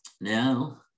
Now